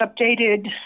updated